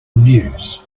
news